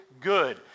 good